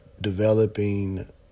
developing